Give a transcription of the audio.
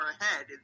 ahead